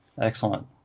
Excellent